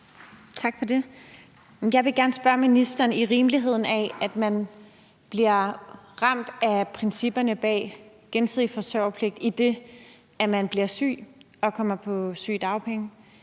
Tak for det. Jeg vil gerne spørge ministeren om rimeligheden af, at man bliver ramt af principperne bag gensidig forsørgerpligt, hvis man bliver syg og kommer på sygedagpenge,